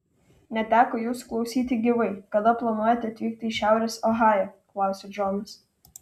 neteko jūsų klausyti gyvai kada planuojate atvykti į šiaurės ohają klausia džonas